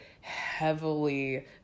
heavily